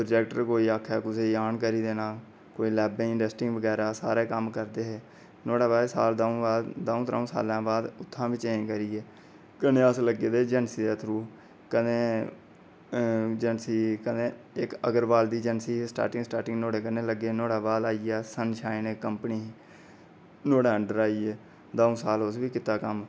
projector कोई आक्खै ते कुसै गी आनॅ करी देना कोई लैबैं दी टैस्टिंग बगैरा सारे कम्म करदे हे फ्ही द'ऊं त्र'ऊं सालें दे बाद उत्थां दा बी चेंज करियै कन्नै अस लग्गे दे हे अजैंसी दे थ्रू इक अगरवाल दी अजैंसी ही स्टार्टीगं स्टार्टीगं च ओह्गे बाद आईये अस सनशाईन कम्पनी ही ओह्दे अंडर आई गे फ्ही दाऊं साल ओह्दे अंडर बी कम्म किता